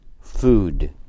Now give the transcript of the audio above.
food